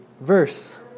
verse